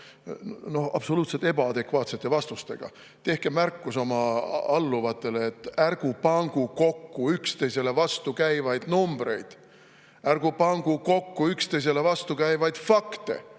oma absoluutselt ebaadekvaatsete vastustega. Tehke märkus oma alluvatele: ärgu pangu kokku üksteisele vastukäivaid numbreid, ärgu pangu kokku üksteisele vastukäivaid fakte!